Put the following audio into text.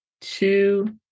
two